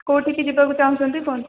କେଉଁଠିକି ଯିବାକୁ ଚାହୁଁଛନ୍ତି କୁହନ୍ତୁ